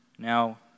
Now